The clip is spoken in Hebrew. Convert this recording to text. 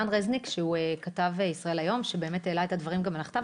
רן רזניק שהוא כתב "ישראל היום" שבאמת העלה את הדברים גם על הכתב,